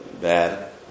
bad